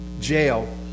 jail